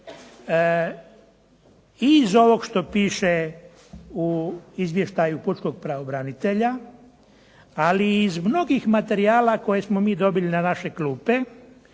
iz ovog što piše u izvještaju Pučkog pravobranitelja, ali i iz mnogih materijala koje smo mi dobili na naše klupe